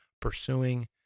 pursuing